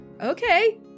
Okay